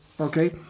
okay